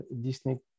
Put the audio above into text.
Disney